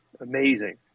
Amazing